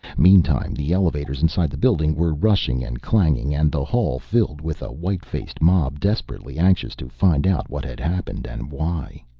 meantime, the elevators inside the building were rushing and clanging, and the hall filled with a white-faced mob, desperately anxious to find out what had happened and why.